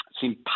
seem